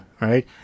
right